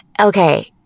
okay